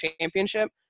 championship